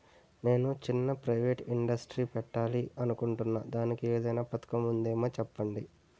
నేను చిన్న private industry పెట్టాలి అనుకుంటున్నా దానికి ఏదైనా పథకం ఉందేమో చెప్పండి?